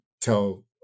tell